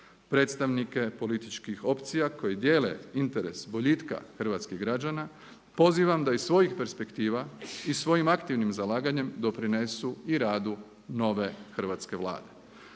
Predstavnike političkih opcija koji dijele interes boljitka hrvatskih građana pozivam da iz svojih perspektiva i svojim aktivnim zalaganjem doprinesu i radu nove Hrvatske vlade.